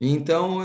Então